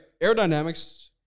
Aerodynamics